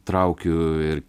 traukiu ir